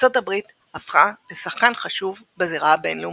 וארצות הברית הפכה לשחקן חשוב בזירה הבינלאומית.